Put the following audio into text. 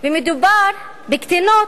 ומדובר בקטינות,